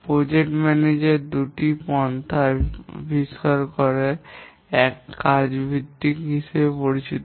প্রকল্প ম্যানেজার দুটি প্রধান পন্থা ব্যবহার করেন এক কাজ ভিত্তিক হিসাবে পরিচিত